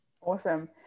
Awesome